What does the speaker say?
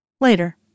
Later